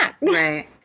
Right